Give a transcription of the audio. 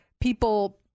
people